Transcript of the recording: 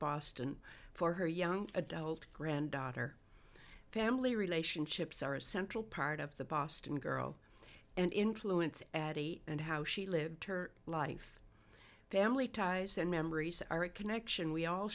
boston for her young adult granddaughter family relationships are a central part of the boston girl and influence addie and how she lived her life family ties and memories are a connection we all